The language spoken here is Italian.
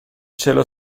cielo